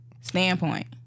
standpoint